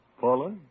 Paula